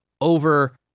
over